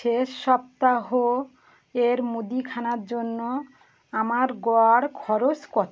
শেষ সপ্তাহ এর মুদিখানার জন্য আমার গড় খরচ কত